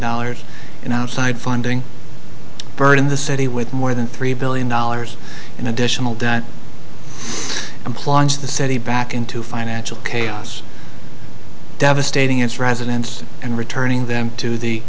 dollars in outside funding burden the city with more than three billion dollars in additional debt compliance the city back into financial chaos devastating its residents and returning them to the